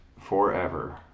forever